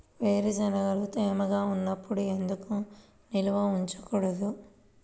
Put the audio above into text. వేరుశనగలు తేమగా ఉన్నప్పుడు ఎందుకు నిల్వ ఉంచకూడదు?